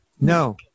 No